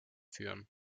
führen